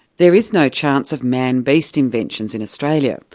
there is no chance of man beast inventions in australia.